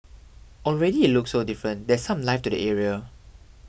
already it looks so different there's some life to the area